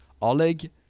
Oleg